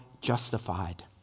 justified